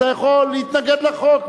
אתה יכול להתנגד לחוק,